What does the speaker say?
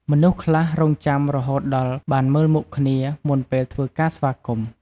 មនុស្សខ្លះរង់ចាំរហូតដល់ បានមើលមុខគ្នា មុនពេលធ្វើការស្វាគមន៍។